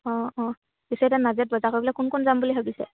অঁ অঁ পিছে এতিয়া নাজিৰাত বজাৰ কৰিবলৈ কোন কোন যাম বুলি ভাবিছে